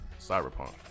Cyberpunk